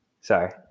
Sorry